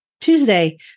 Tuesday